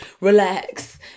Relax